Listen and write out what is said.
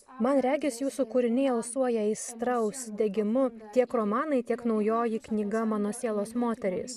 man regis jūsų kūriniai alsuoja aistra užsidegimu tiek romanai tiek naujoji knyga mano sielos moterys